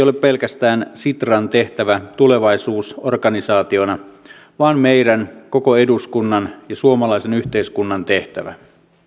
ole pelkästään sitran tehtävä tulevaisuusorganisaationa vaan meidän koko eduskunnan ja suomalaisen yhteiskunnan tehtävä